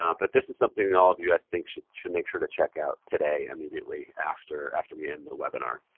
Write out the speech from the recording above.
um but this is something all of you, i think, should should make sure to check out today, immediately after after we end the webinar.